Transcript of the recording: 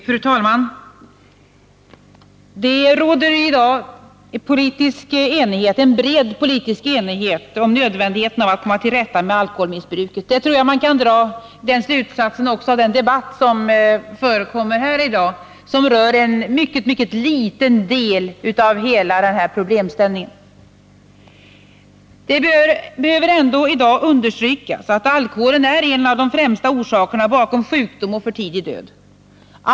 Fru talman! Det råder i dag en bred politisk enighet om nödvändigheten av att komma till rätta med alkoholmissbruket. Den slutsatsen tror jag man kan dra också av den debatt som förs här i dag och som rör en mycket liten del av hela problemställningen. Det behöver ändå i dag understrykas att alkoholen är en av de främsta orsakerna till sjukdom och för tidig död.